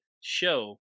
show